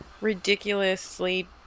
ridiculously